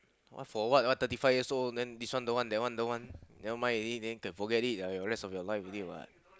what for what what thirty five years old then this one don't want that one don't want never mind already then forget it lah the rest of your life already what